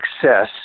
success